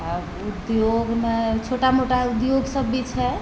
आओर उद्योगमे छोटा मोटा उद्योग सब भी छै